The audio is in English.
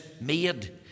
made